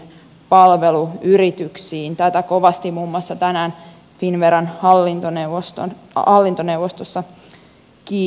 tätä kovasti muun muassa tänään finnveran hallintoneuvostossa kiiteltiin